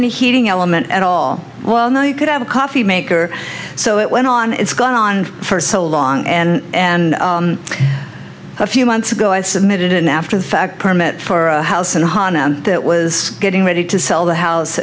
any heating element at all well no you could have a coffee maker so it went on it's gone on for so long and and a few months ago i submitted an after the fact permit for a house and that was getting ready to sell the house